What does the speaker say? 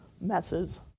messes